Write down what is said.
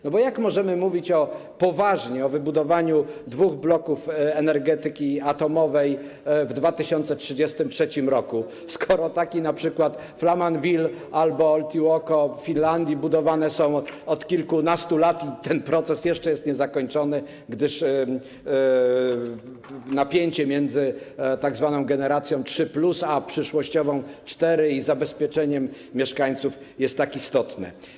Jak bowiem możemy poważnie mówić o wybudowaniu dwóch bloków energetyki atomowej w 2033 r., skoro taki np. Flamanville albo Olkiluoto w Finlandii budowane są od kilkunastu lat i ten proces jeszcze jest niezakończony, gdyż napięcie między tzw. generacją III+ a przyszłościową IV i zabezpieczeniem mieszkańców jest tak istotne?